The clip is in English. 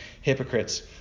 hypocrites